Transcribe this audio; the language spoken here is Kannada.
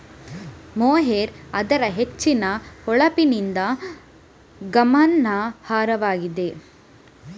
ಮೊಹೇರ್ ಅದರ ಹೆಚ್ಚಿನ ಹೊಳಪಿನಿಂದ ಗಮನಾರ್ಹವಾಗಿದೆ